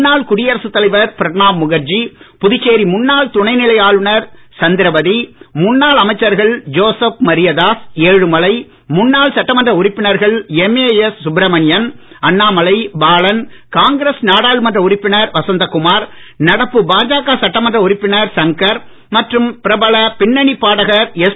முன்னாள் குடியரசுத் தலைவர் பிரணாப் முகர்ஜி புதுச்சேரி முன்னாள் துணைநிலை ஆளுநர் சந்திரவதி முன்னாள் அமைச்சர்கள் ஜோசப் மரியதாஸ் ஏழுமலை முன்னாள் சட்டமன்ற உறுப்பினர்கள் மாஸ் சுப்ரமணியன் அண்ணாமலை பாலன் காங்கிரஸ் நாடாளுமன்ற உறுப்பினர் வசந்தகுமார் நடப்பு பாஜக சட்டமன்ற உறுப்பினர் சங்கர் மற்றும் பிரபல பின்னனி பாடகர் எஸ்